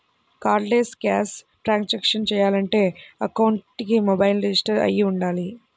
cardless cash transactions చెయ్యాలంటే అకౌంట్కి mobile register అయ్యి వుండాలి